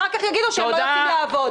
אחר כך יגידו שהם לא רוצים לעבוד.